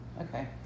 Okay